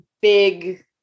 big